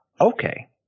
okay